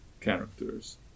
characters